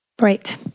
Right